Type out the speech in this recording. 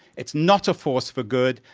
it's not a force for good.